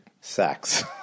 sex